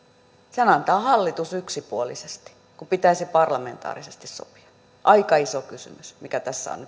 sen antaa hallitus yksipuolisesti kun pitäisi parlamentaarisesti sopia aika iso kysymys mikä tässä on